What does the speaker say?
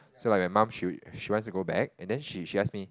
so like my mum she she wants to go back and then she she ask me